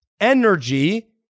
energy